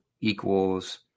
equals